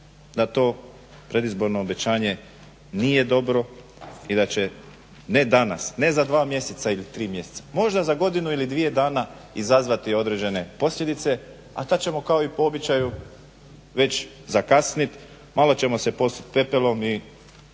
da to predizborno obećanje nije dobro i da će ne danas, ne za dva mjeseca ili tri mjeseca, možda za godinu ili dvije dana izazvati određene posljedice, a tad ćemo kao i po običaju već zakasniti, malo ćemo se posuti pepelom i